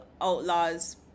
outlaws